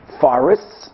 forests